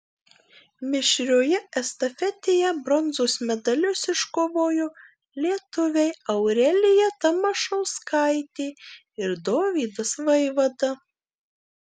mišrioje estafetėje bronzos medalius iškovojo lietuviai aurelija tamašauskaitė ir dovydas vaivada